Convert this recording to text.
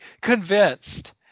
convinced